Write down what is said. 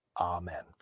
amen